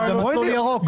לתמרוץ.